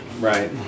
Right